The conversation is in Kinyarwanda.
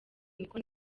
niko